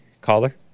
Caller